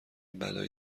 بلایی